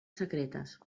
secretes